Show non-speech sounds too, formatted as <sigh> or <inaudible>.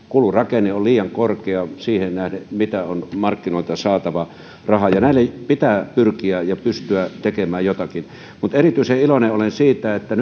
<unintelligible> kulurakenne on liian korkea siihen nähden mitä on markkinoilta saatava rahaa ja näille pitää pyrkiä ja pystyä tekemään jotakin erityisen iloinen olen siitä että <unintelligible>